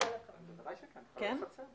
מאיגוד לשכות המסחר.